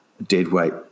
deadweight